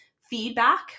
feedback